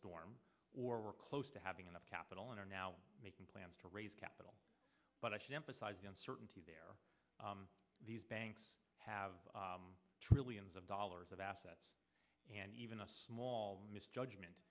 storm or we're close to having enough capital and are now making plans to raise capital but i should emphasize the uncertainty there these banks have trillions of dollars of assets and even a small misjudgment